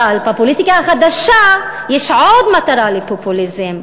אבל בפוליטיקה החדשה יש עוד מטרה לפופוליזם,